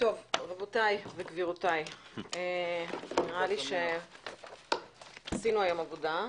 רבותיי וגבירותיי, עשינו היום עבודה.